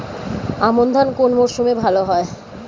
আমন ধান কোন মরশুমে ভাল হয়?